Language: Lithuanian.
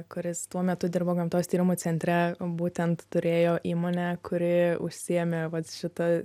kuris tuo metu dirbo gamtos tyrimų centre būtent turėjo įmonę kuri užsiėmė vat šita